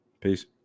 Peace